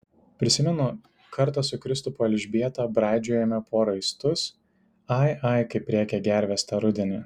prisimenu kartą su kristupo elžbieta braidžiojome po raistus ai ai kaip rėkė gervės tą rudenį